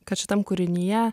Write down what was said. kad šitam kūrinyje